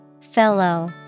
Fellow